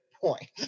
point